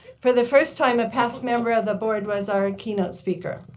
for the first time a past member of the board was our keynote speaker.